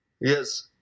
Yes